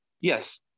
yes